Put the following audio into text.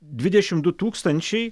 dvidešim du tūkstančiai